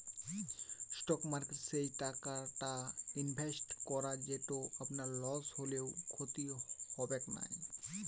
stock মার্কেটে সেই টাকাটা ইনভেস্ট করো যেটো আপনার লস হলেও ক্ষতি হবেক নাই